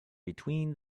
between